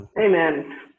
Amen